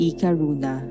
Ikaruna